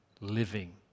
living